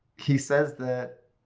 he says that.